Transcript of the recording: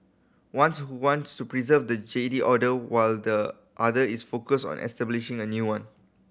once who wants to preserve the Jedi Order while the other is focused on establishing a new one